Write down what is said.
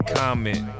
comment